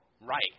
right